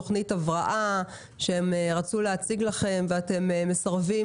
תוכנית הבראה שהם רצו להציג לכם ואתם מסרבים